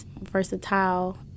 versatile